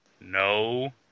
No